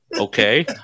okay